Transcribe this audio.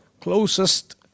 closest